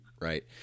Right